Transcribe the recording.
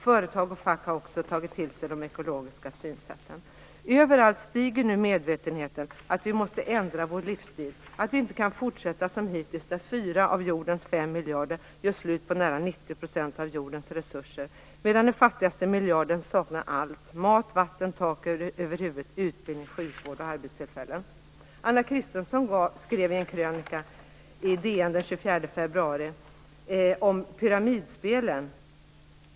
Företag och fack har också tagit till sig de ekologiska synsätten. Överallt stiger nu medvetenheten om att vi måste ändra vår livsstil. Vi kan inte fortsätta som hittills. Fyra av jordens fem miljarder människor gör slut på nära 90 % av jordens resurser, medan den fattigaste miljarden saknar allt: mat, vatten, tak över huvudet, utbildning, sjukvård och arbetstillfällen. Anna Christensen skrev i en krönika i DN den 24 februari om pyramidspelen.